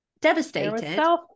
devastated